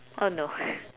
oh no